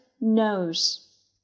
nose